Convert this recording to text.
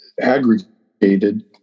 aggregated